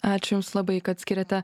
ačiū jums labai kad skiriate